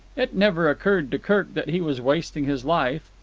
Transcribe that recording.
it never occurred to kirk that he was wasting his life.